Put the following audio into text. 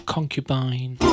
Concubine